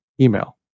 email